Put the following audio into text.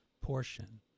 portion